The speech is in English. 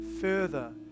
further